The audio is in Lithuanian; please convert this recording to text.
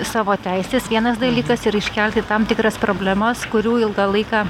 savo teises vienas dalykas ir iškelti tam tikras problemas kurių ilgą laiką